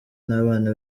n’abana